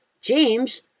James